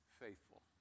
faithful